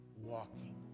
walking